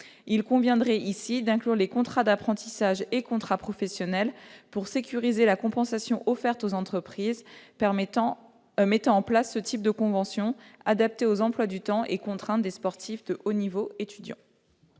Il conviendrait ici d'inclure les contrats d'apprentissage et les contrats professionnels pour sécuriser la compensation offerte aux entreprises mettant en place ce type de conventions, adaptées aux emplois du temps et contraintes des sportifs de haut niveau qui